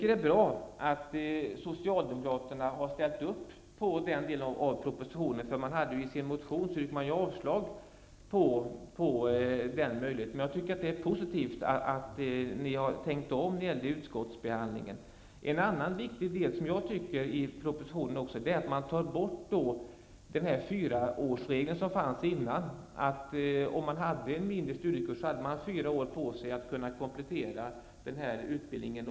Det är bra att Socialdemokraterna har ställt upp på den delen av propositionen. I motionen yrkade Socialdemokraterna avslag på det förslaget. Jag tycker att det är positivt att ni har tänkt om i utskottsbehandlingen. En annan viktig del i propositionen är att den fyraårsregel som fanns tidigare nu tas bort. Om man hade följt en mindre studiekurs, hade man fyra år på sig för att komplettera utbildningen.